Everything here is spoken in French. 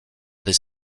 des